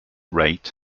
rate